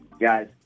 guys